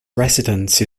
residence